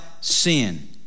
sin